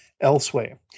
elsewhere